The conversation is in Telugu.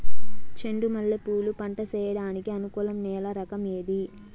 చెండు మల్లె పూలు పంట సేయడానికి అనుకూలం నేల రకం ఏది